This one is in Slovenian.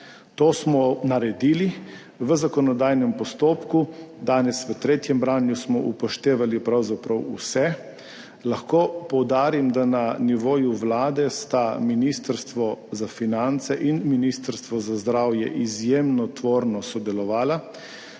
To smo naredili v zakonodajnem postopku. Danes v tretjem branju smo upoštevali pravzaprav vse. Lahko poudarim, da na nivoju Vlade sta Ministrstvo za finance in Ministrstvo za zdravje izjemno tvorno sodelovala.